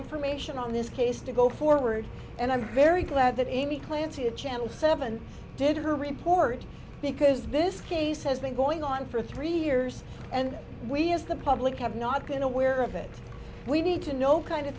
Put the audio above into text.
information on this case to go forward and i'm very glad that any claim to channel seven did her report because this case has been going on for three years and we as the public have not been aware of it we need to know kind of